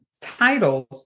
titles